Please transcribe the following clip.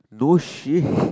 no shit